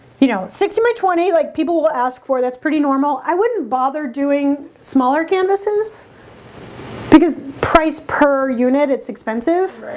you know sixteen by twenty, like people will ask for that's pretty normal i wouldn't bother doing smaller canvases because price per unit it's expensive.